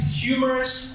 humorous